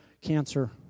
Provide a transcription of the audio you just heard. cancer